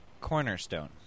Cornerstone